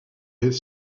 est